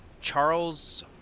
Charles